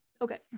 okay